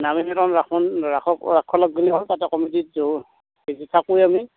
নামি ৰাস ৰাস ৰাস আহঁক তাতে কমিটিত থাকোৱে আমি